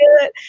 good